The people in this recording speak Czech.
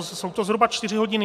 Jsou to zhruba čtyři hodiny.